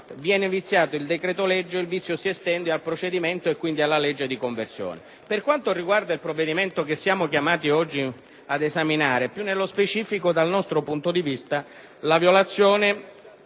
viene viziato il decreto-legge e che il vizio si estende al procedimento e, quindi, alla relativa legge di conversione. Per quanto riguarda il provvedimento che siamo chiamati oggi ad esaminare, più nello specifico - dal nostro punto di vista - la violazione